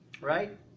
right